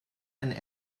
and